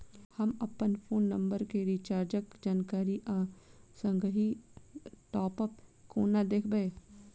हम अप्पन phone number केँ रिचार्जक जानकारी आ संगहि टॉप अप कोना देखबै?